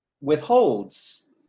withholds